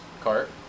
cart